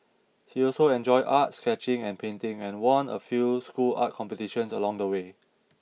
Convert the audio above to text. he also enjoyed art sketching and painting and won a few school art competitions along the way